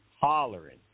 hollering